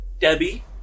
Debbie